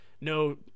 no